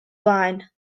blaen